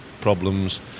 problems